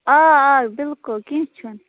آ آ بِلکُل کیٚنٛہہ چھُنہٕ